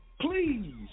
please